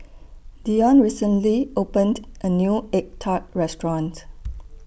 Deion recently opened A New Egg Tart Restaurant